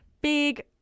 big